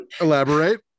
Elaborate